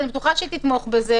אני בטוחה שהיא תתמוך בזה,